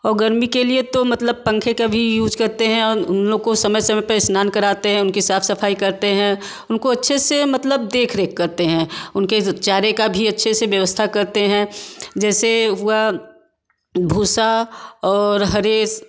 और गर्मी के लिए तो पखें का भी यूज करते हैं और उन लोगों को समय समय पर स्नान कराते हैं उनकी साफ़ सफ़ाई करते हैं उनको अच्छे से मतलब देख रेख करते हैं उनके चारे का भी अच्छे से व्यवस्था करते हैं जैसे हुआ भूसा और हरे